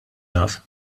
naf